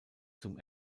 zum